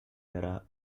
vera